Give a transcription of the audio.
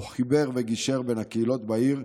הוא חיבר וגישר בין הקהילות בעיר,